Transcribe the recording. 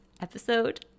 episode